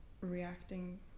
reacting